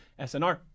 SNR